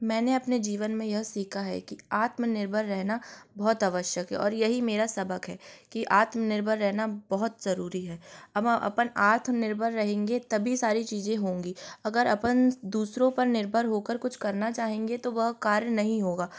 मैंने अपने जीवन में यह सीखा है कि आत्मनिर्भर रहना बहुत आवश्यक है और यही मेरा सबक है कि आत्मनिर्भर रहना बहुत जरूरी है हम अपन आत्मनिर्भर रहेंगे तभी सारी चीजें होंगी अगर अपन दूसरों पर निर्भर होकर कुछ करना चाहेंगे तो वह कार्य नहीं होगा